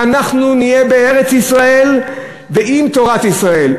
ואנחנו נהיה בארץ-ישראל ועם תורת ישראל,